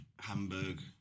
Hamburg